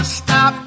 stop